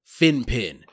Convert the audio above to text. Finpin